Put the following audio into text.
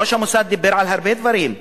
ראש המוסד דיבר על הרבה דברים,